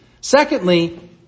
Secondly